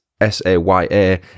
S-A-Y-A